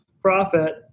profit